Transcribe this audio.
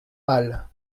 pâle